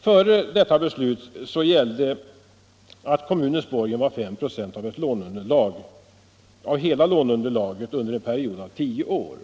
Före nämnda beslut gällde att kommuns borgen omfattade 5 96 av hela låneunderlaget under en period av tio år.